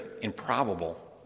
improbable